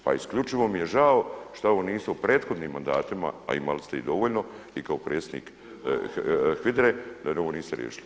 Pa isključivo mi je žao što ovo niste u prethodnim mandatima, a imali ste ih dovoljno i kao predsjednik HVIDRA-e da ovo niste riješili.